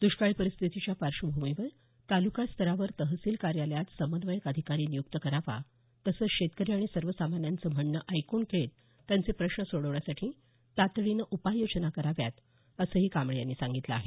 दुष्काळी परिस्थितीच्या पार्श्वभूमीवर तालुकास्तरावर तहसील कार्यालयात समन्वयक अधिकारी नियुक्त करावा तसंच शेतकरी आणि सर्वसामान्यांचे म्हणणे ऐकून घेत त्यांचे प्रश्न सोडविण्यासाठी तातडीने उपाययोजना कराव्यात असही कांबळे यांनी सांगितलं आहे